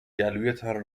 گلویتان